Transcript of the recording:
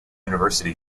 university